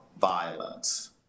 violence